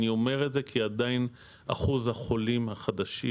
אני אומר את זה כי עדיין מספר החולים החדשים